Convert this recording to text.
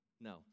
no